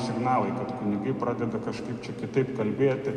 signalai kad kunigai pradeda kažkaip čia kitaip kalbėti